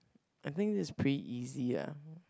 I think this pretty easy ah